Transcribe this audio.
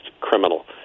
criminal